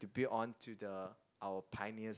to build on to the our pioneers